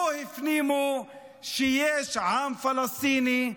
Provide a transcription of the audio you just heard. לא הפנימו שיש עם פלסטיני,